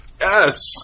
Yes